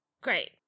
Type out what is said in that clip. Great